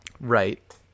Right